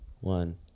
one